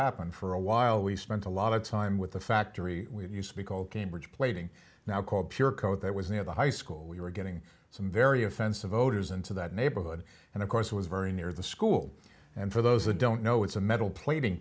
happen for a while we spent a lot of time with the factory we used to call cambridge plating now called pure coat that was near the high school we were getting some very offensive voters into that neighborhood and of course it was very near the school and for those that don't know it's a metal plat